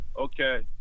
okay